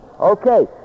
Okay